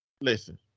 Listen